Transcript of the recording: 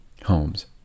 homes